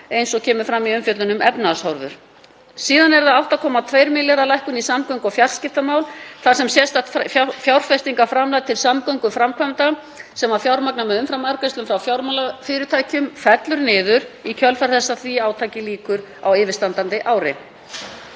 eins og kemur fram í umfjöllun um efnahagshorfur. Síðan er 8,2 milljarða lækkun í samgöngu- og fjarskiptamálum þar sem sérstakt fjárfestingarframlag til samgönguframkvæmda sem var fjármagnað með umframarðgreiðslum frá fjármálafyrirtækjum fellur niður í kjölfar þess að því átaki lýkur á yfirstandandi ári.